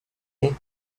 née